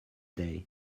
day